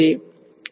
1